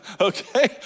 Okay